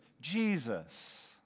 Jesus